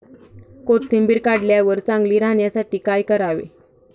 कोथिंबीर काढल्यावर चांगली राहण्यासाठी काय करावे?